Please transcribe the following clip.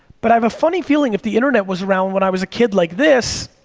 but i have a funny feeling if the internet was around when i was a kid, like this,